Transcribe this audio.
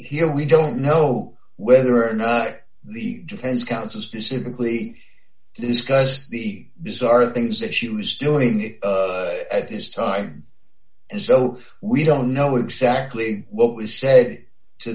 here we don't know whether or not the defense counsel specifically discussed the bizarre things that she was doing at this time as though we don't know exactly what was said to